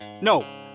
No